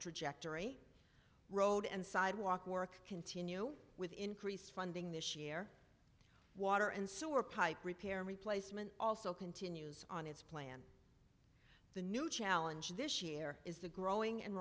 trajectory road and sidewalk work continue with increased funding this year water and sewer pipe repair replacement also continues on its plan the new challenge this year is the growing and